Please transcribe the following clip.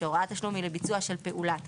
שהוראת תשלום היא לביצוע של פעולת תשלום.